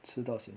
吃到 sian